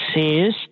says